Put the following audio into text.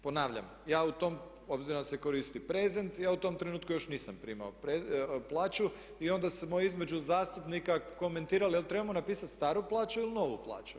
Ponavljam, ja u tom obzirom da se koristi prezent ja u tom trenutku još nisam primao plaću i onda smo između zastupnika komentirali jel' trebamo napisati staru plaću ili novu plaću.